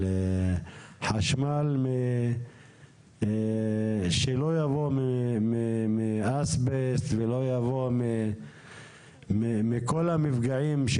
על חשמל שלא יבוא מאסבסט ולא יבוא מכל המפגעים,